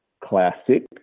Classic